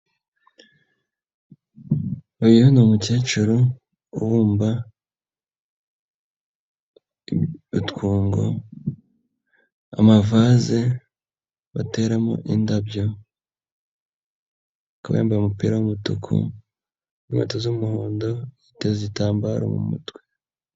Uyu ni umukecuru ubumba utwunga, amavaze bateramo indabyo, ukamba umupira w'umutuku, inkweto z'umuhondo, yiteze igitambaro mu mutwe.